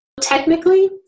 Technically